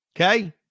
Okay